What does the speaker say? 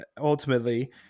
Ultimately